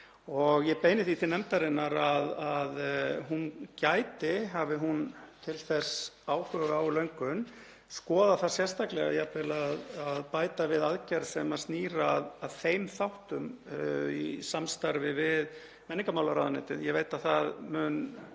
Ég beini því til nefndarinnar að hún gæti, hafi hún til þess áhuga og löngun, skoðað það sérstaklega jafnvel að bæta við aðgerð sem snýr að þeim þáttum í samstarfi við menningarmálaráðuneytið. Ég veit að það mun